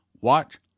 Watch